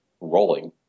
rolling